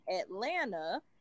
Atlanta